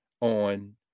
on